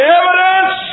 evidence